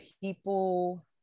people